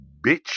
bitch